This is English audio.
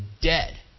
dead